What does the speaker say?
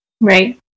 right